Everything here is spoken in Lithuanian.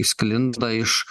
sklinda iš